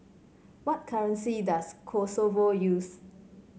what currency does Kosovo use